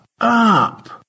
up